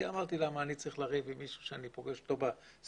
אמרתי: למה אני צריך לריב עם מישהו שאני פוגש אותו בסופרמרקט?